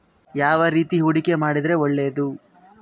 ಯಾವ ರೇತಿ ಹೂಡಿಕೆ ಮಾಡಿದ್ರೆ ಒಳ್ಳೆಯದು?